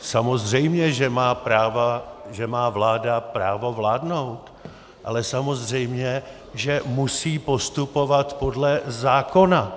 Samozřejmě, že má vláda právo vládnout, ale samozřejmě, že musí postupovat podle zákona.